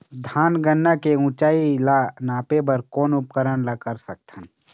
धान गन्ना के ऊंचाई ला नापे बर कोन उपकरण ला कर सकथन?